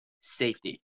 safety